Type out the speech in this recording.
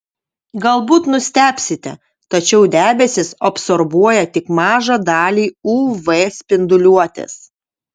galbūt nustebsite tačiau debesys absorbuoja tik mažą dalį uv spinduliuotės